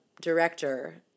director